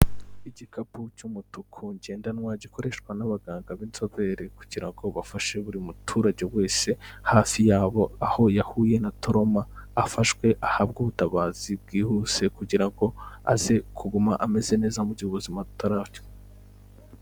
Igikapu cy'umutuku ngendanwa gikoreshwa n'abaganga b'inzobere kugira ngo bafashe buri muturage wese hafi yabo aho yahuye na toroma, afashwe ahabwe ubutabazi bwihuse kugira ngo aze kuguma ameze neza mu gihe ubuzima butarapfa.